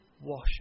wash